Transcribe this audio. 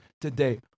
today